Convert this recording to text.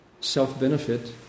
Self-benefit